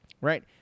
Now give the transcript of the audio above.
right